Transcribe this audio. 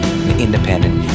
independent